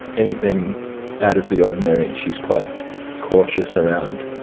anything out of the ordinary she is quite cautious around,